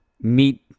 meet